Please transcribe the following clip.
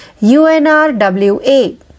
UNRWA